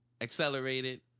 accelerated